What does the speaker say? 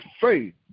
faith